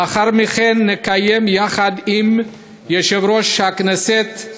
לאחר מכן נקיים יחד עם יושב-ראש הכנסת,